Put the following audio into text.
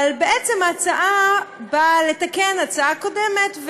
אבל בעצם ההצעה באה לתקן הצעה קודמת,